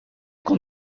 qu’on